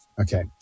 Okay